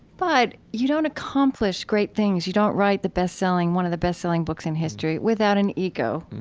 but you don't accomplish great things, you don't write the best-selling one of the best-selling books in history without an ego,